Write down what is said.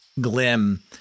Glim